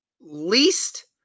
least